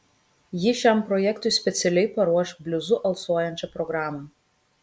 ji šiam projektui specialiai paruoš bliuzu alsuojančią programą